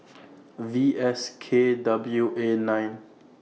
V S K W A nine